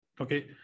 okay